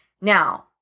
Now